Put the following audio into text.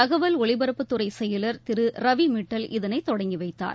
தகவல் ஒலிபரப்புத் துறை செயலர் திரு ரவி மிட்டல் இதனைத் தொடங்கிவைத்தார்